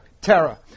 terror